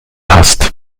hast